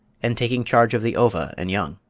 and taking charge of the ova and young.